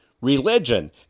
religion